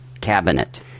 cabinet